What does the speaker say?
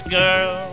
girl